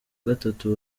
gatatu